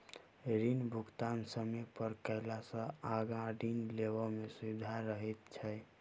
ऋण भुगतान समय पर कयला सॅ आगाँ ऋण लेबय मे सुबिधा रहैत छै